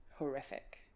horrific